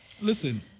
listen